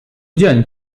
dzień